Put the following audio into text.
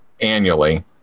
annually